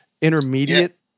intermediate